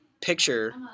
picture